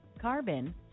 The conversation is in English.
carbon